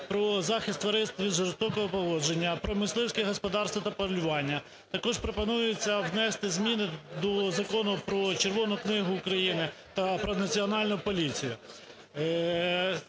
про захист тварин від жорстокого поводження, про мисливське господарство та полювання. Також пропонується внести зміни до Закону "Про Червону книгу України" та про Національну поліцію.